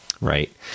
right